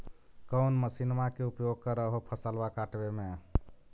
कौन मसिंनमा के उपयोग कर हो फसलबा काटबे में?